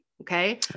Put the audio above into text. Okay